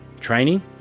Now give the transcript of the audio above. training